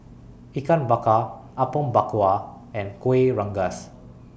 Ikan Bakar Apom Berkuah and Kuih Rengas